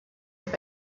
your